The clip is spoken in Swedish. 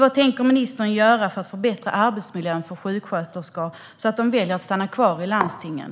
Vad tänker ministern göra för att förbättra arbetsmiljön för sjuksköterskor, så att de väljer att stanna kvar i landstingen?